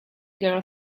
girl